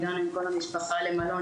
הגענו עם כל המשפחה למלון,